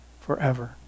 forever